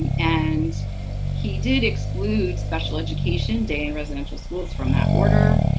and he did exclude special education, day and residential schools, from that order.